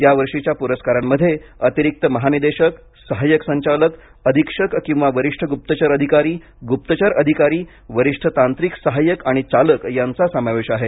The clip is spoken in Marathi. यावर्षीच्या पुरस्कारांमध्ये अतिरिक्त महानिदेशक सहाय्यक संचालक अधीक्षक किंवा वरिष्ठ गुप्तचर अधिकारी गुप्तचर अधिकारी वरिष्ठ तांत्रिक सहाय्यक आणि चालक यांचा समावेश आहे